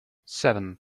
seven